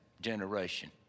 generation